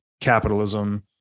capitalism